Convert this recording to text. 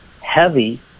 heavy